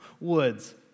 Woods